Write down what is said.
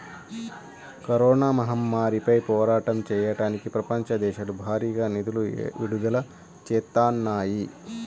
corona మహమ్మారిపై పోరాటం చెయ్యడానికి ప్రపంచ దేశాలు భారీగా నిధులను విడుదల చేత్తన్నాయి